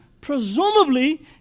presumably